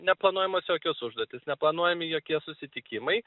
neplanuojamos jokios užduotys neplanuojami jokie susitikimai